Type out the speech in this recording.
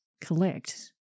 collect